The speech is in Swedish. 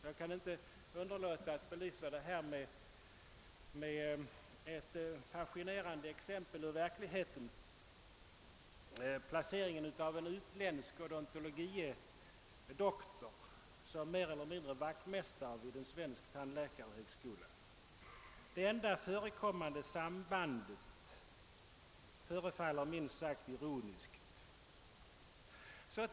Jag kan inte underlåta att belysa detta med ett fascinerande exempel ur verkligheten, nämligen placeringen av en utländsk odontologie doktor såsom mer eller mindre vaktmästare vid en svensk tandläkarhögskola. Det enda föreliggande sambandet förefaller minst sagt ironiskt.